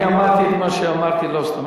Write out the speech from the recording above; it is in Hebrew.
אני אמרתי את מה שאמרתי לא סתם.